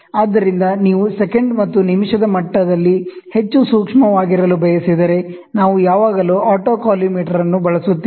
ಆದ್ದರಿಂದ ನೀವು ಸೆಕೆಂಡ್ ಮತ್ತು ನಿಮಿಷದ ಮಟ್ಟದಲ್ಲಿ ಹೆಚ್ಚು ಸೂಕ್ಷ್ಮವಾಗಿರಲು ಬಯಸಿದರೆ ನಾವು ಯಾವಾಗಲೂ ಆಟೋಕಾಲಿಮೇಟರ್ ಅನ್ನು ಬಳಸುತ್ತೇವೆ